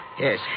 Yes